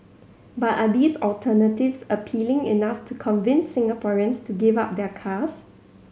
but are these alternatives appealing enough to convince Singaporeans to give up their cars